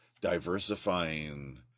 diversifying